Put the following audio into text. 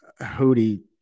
Hootie